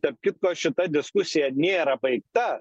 tarp kitko šita diskusija nėra baigta